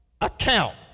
account